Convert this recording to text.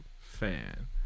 Fan